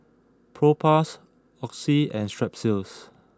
Propass Oxy and Strepsils